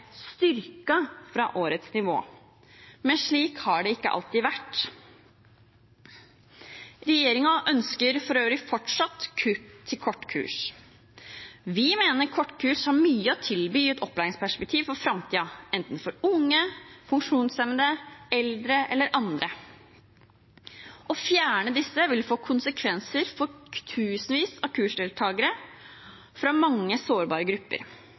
fra årets nivå, men slik har det ikke alltid vært. Regjeringen ønsker for øvrig fortsatt kutt i kortkurs. Vi mener kortkurs har mye å tilby i et opplæringsperspektiv for framtiden, enten for unge, funksjonshemmede, eldre eller andre. Å fjerne disse vil få konsekvenser for tusenvis av kursdeltakere fra mange sårbare grupper.